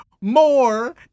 more